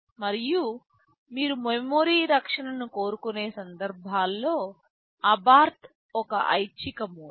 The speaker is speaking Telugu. మరియు మీరు మెమరీ రక్షణను కోరుకునే సందర్భాల్లో అబార్ట్ ఒక ఐచ్ఛిక మోడ్